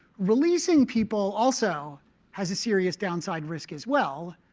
releasing people also has a serious downside risk as well.